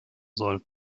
soll